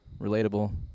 relatable